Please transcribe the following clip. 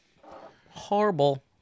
Horrible